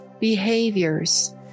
behaviors